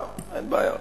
אין בעיה.